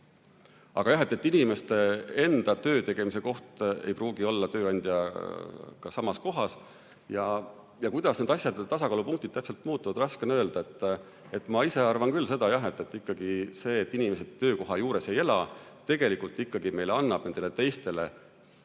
Aga jah, inimeste enda töötegemise koht ei pruugi olla tööandjaga samas kohas. Kuidas need asjad ja tasakaalupunktid täpselt muutuvad? Raske on öelda. Ma ise arvan küll seda, jah, et ikkagi see, kui inimesed töökoha juures ei ela, tegelikult annab ka teistele,